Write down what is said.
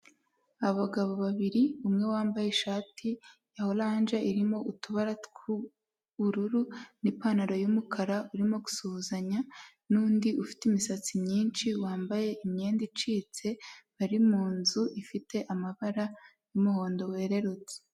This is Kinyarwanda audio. Abagabo babiri umwe wambaye ishati ya oranje irimo utubara tw'ubururu n'ipantaro y'umukara, urimo gusuhuzanya n'undi ufite imisatsi myinshi wambaye imyenda icitse. Bari mu nzu ifite amabara y'umuhondo wererutse.